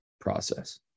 process